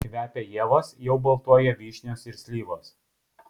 kvepia ievos jau baltuoja vyšnios ir slyvos